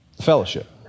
fellowship